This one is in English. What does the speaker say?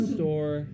store